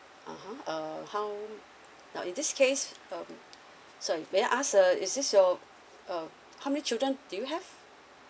(uh huh) uh how now in this case um sorry may I ask uh is this your um how many children do you have